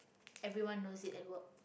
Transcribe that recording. everyone knows it at work